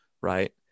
Right